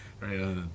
Right